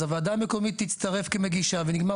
אז הוועדה המקומית תצטרף כמגישה ונגמר